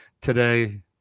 today